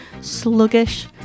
sluggish